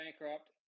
bankrupt